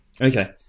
Okay